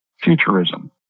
futurism